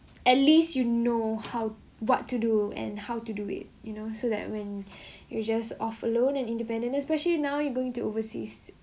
at least you know how what to do and how to do it you know so that when you just off alone and Independence especially now you're going to overseas